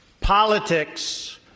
politics